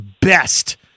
best